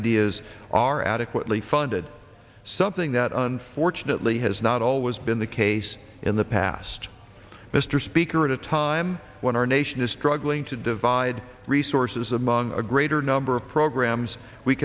ideas are adequately funded something that unfortunately has not always been the case in the past mr speaker at a time when our nation is struggling to divide resources among a greater number of programs we